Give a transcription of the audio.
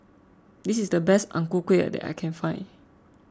this is the best Ang Ku Kueh that I can find